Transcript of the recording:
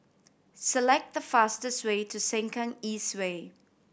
select the fastest way to Sengkang East Way